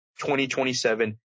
2027